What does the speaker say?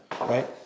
Right